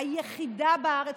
היחידה בארץ,